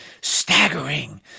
staggering